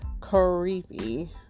creepy